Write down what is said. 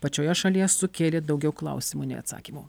pačioje šalyje sukėlė daugiau klausimų nei atsakymų